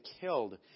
killed